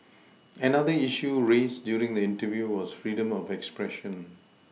another issue raised during the interview was freedom of expression